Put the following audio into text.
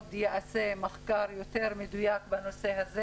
ועוד ייעשה מחקר יותר מדויק בנושא הזה